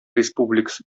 республикасы